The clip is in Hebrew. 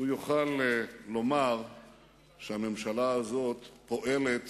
הוא יוכל לומר שהממשלה הזאת פועלת